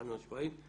חד משמעית.